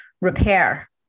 repair